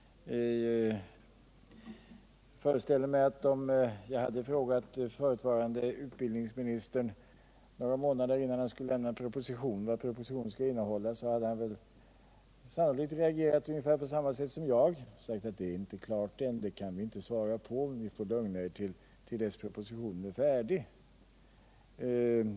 Om jag några månader innan förutvarande utbildningsministern skulle avlämna en proposition hade frågat honom om vad den skulle komma att innehålla, föreställer jag mig att han sannolikt hade reagerat ungefär på samma sätt som jag nu gör och sagt att det inte var klart än, det kan jag inte svara på, ni får lugna er till dess att propositionen är färdig.